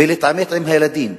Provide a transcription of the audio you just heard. ולהתעמת עם הילדים,